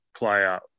player